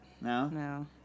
No